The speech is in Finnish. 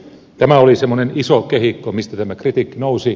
eli tämä oli semmoinen iso kehikko mistä tämä kritiikki nousi